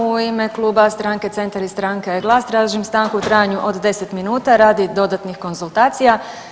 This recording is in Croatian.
U ime Kluba stranke Centar i stranke GLAS tražim stanku u trajanju od 10 minuta radi dodatnih konzultacija.